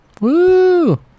Woo